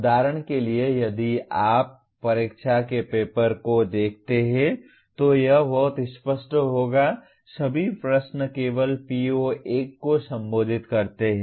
उदाहरण के लिए यदि आप परीक्षा के पेपर को देखते हैं तो यह बहुत स्पष्ट होगा सभी प्रश्न केवल PO 1 को संबोधित करते हैं